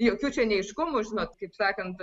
jokių čia neaiškumų žinot kaip sakant